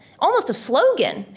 almost a slogan,